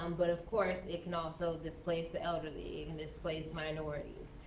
um but of course, it can also displace the elderly. it can displace minorities.